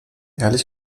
ehrlich